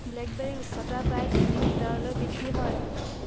ব্লে'কবেৰীৰ উচ্চতা প্ৰায় তিনি মিটাৰলৈ বৃদ্ধি হয়